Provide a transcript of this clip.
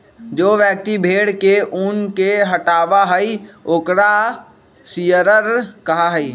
जो व्यक्ति भेड़ के ऊन के हटावा हई ओकरा शियरर कहा हई